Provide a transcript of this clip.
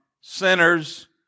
sinners